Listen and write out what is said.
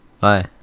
Bye